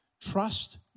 Trust